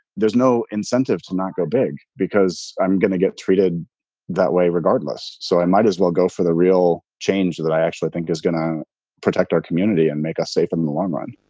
there's no incentive to not go big because i'm going to get treated that way regardless. so i might as well go for the real change that i actually think is going to protect our community and make us safe in the long run